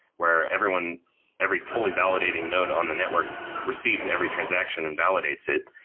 where everyone every fully validating node on the network receives every transaction and validates it,